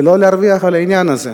ולא להרוויח על העניין הזה.